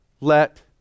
let